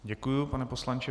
Děkuji, pane poslanče.